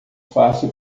fácil